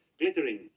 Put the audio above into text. glittering